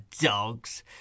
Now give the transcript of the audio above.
dogs